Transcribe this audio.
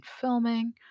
filming